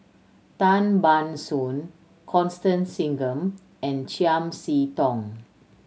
Tan Ban Soon Constance Singam and Chiam See Tong